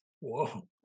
whoa